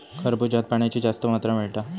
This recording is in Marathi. खरबूज्यात पाण्याची जास्त मात्रा मिळता